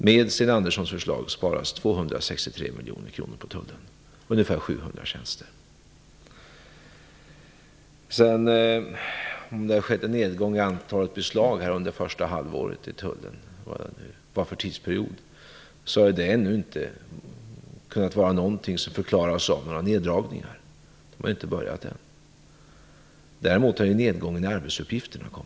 Med Sten Anderssons förslag sparas 263 miljoner kronor på tullen, ungefär 700 Om det har skett en nedgång i antalet beslag i tullen under det första halvåret, eller vilken tidsperiod det nu gällde, kan det inte förklaras av neddragningarna. De har inte skett än. Däremot har det skett en minskning av arbetsuppgifterna.